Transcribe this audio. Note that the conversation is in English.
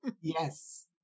yes